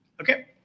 okay